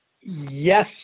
yes